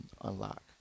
unlock